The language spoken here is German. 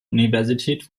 universität